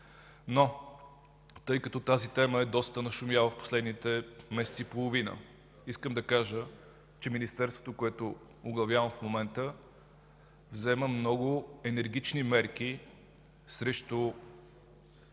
Тъй като тази тема доста нашумя в последния месец и половина, искам да кажа, че Министерството, което в момента оглавявам, взема много енергични мерки срещу